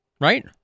Right